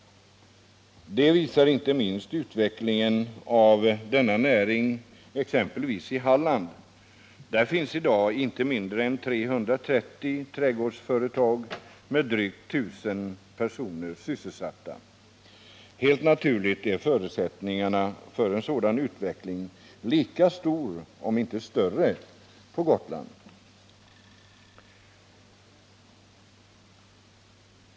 Det visar inte minst utvecklingen av denna näring exempelvis i Halland. Där finns i dag inte mindre än 330 trädgårdsföretag med drygt 1 000 personer sysselsatta. Helt naturligt är förutsättningarna för en sådan utveckling lika stora — om inte större — på Gotland.